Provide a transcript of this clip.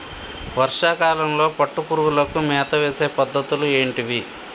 వర్షా కాలంలో పట్టు పురుగులకు మేత వేసే పద్ధతులు ఏంటివి?